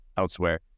elsewhere